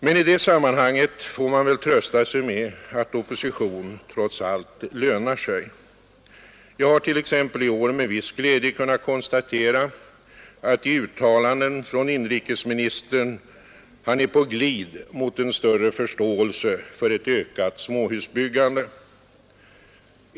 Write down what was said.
Men i det sammanhanget får man väl trösta sig med att opposition trots allt lönar sig. Jag har t.ex. i år med viss glädje kunnat konstatera i uttalande från inrikesministern att han är på glid mot en större förståelse för ett ökat småhusbyggande.